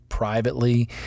privately